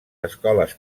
escoles